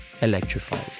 electrified